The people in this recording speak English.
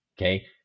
Okay